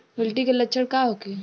गिलटी के लक्षण का होखे?